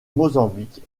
mozambique